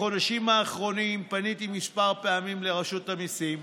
בחודשים האחרונים פניתי כמה פעמים לרשות המיסים.